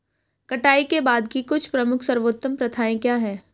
कटाई के बाद की कुछ प्रमुख सर्वोत्तम प्रथाएं क्या हैं?